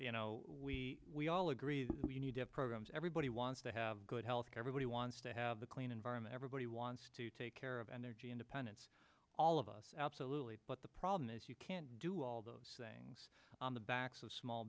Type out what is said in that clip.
you know we we all agree we need to programs everybody wants to have good health care everybody wants to have the clean environment everybody wants to take care of and their g independents all of us absolutely but the problem is you can't do all those things on the backs of small